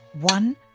one